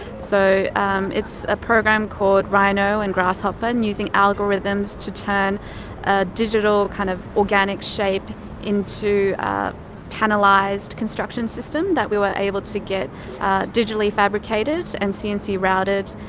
so um it's a program called rhino and grasshopper, and using algorithms to turn a digital kind of organic shape into panelised construction system that we were able to get digitally fabricated and cnc routed.